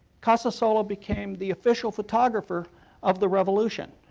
casasola became the official photographer of the revolution,